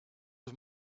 was